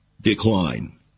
decline